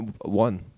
one